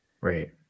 Right